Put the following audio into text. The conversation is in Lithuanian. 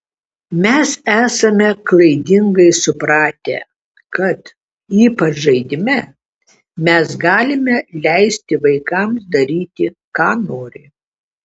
mes esame klaidingai supratę kad ypač žaidime mes galime leisti vaikams daryti ką nori